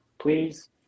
Please